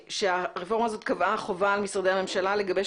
הרפורמה הזאת קבעה חובה על משרדי הממשלה לגבש